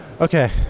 okay